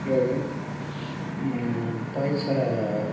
பிறகு பைசா